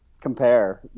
compare